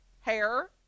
hair